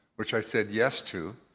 which i said yes to.